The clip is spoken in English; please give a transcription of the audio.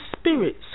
spirits